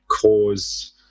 cause